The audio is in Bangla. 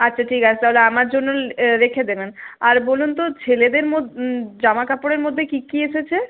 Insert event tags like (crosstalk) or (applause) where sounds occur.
আচ্ছা ঠিক আছে তা হলে আমার জন্য (unintelligible) রেখে দেবেন আর বলুন তো ছেলেদের (unintelligible) জামাকাপড়ের মধ্যে কী কী এসেছে